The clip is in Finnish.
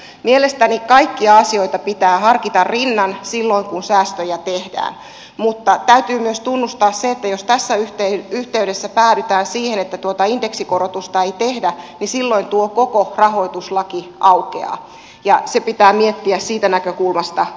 mielestäni kaikkia asioita pitää harkita rinnan silloin kun säästöjä tehdään mutta täytyy myös tunnustaa se että jos tässä yhteydessä päädytään siihen että tuota indeksikorotusta ei tehdä niin silloin tuo koko rahoituslaki aukeaa ja se pitää miettiä siitä näkökulmasta uudelleen